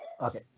Okay